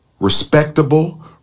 respectable